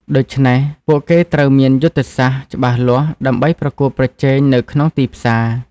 ដូច្នេះ ពួកគេត្រូវមានយុទ្ធសាស្ត្រច្បាស់លាស់ដើម្បីប្រកួតប្រជែងនៅក្នុងទីផ្សារ។